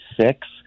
six